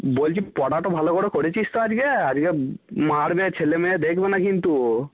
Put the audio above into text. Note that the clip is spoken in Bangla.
বলছি পড়াটা ভালো করে করেছিস তো আজকে আজকে মারবে ছেলেমেয়ে দেখবে না কিন্তু